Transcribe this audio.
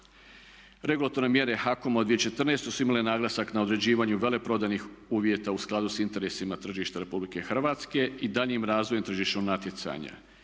Regulatorne mjere HAKOM-a u 2014. su imale naglasak na određivanju veleprodajnih uvjeta u skladu sa interesima tržišta Republike Hrvatske i daljnjem razvoju tržišnog natjecanja.